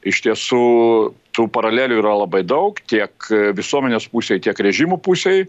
iš tiesų tų paralelių yra labai daug tiek visuomenės pusėj tiek režimų pusėj